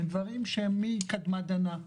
הם דברים שמקדמת דנא.